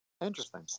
Interesting